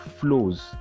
flows